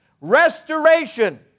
Restoration